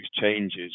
changes